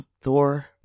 thor